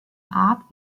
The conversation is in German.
art